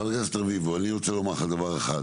חבר הכנסת רביבו אני רוצה לומר לך דבר אחד,